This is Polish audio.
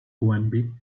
głębi